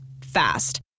Fast